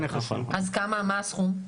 אז מה הסכום?